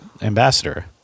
ambassador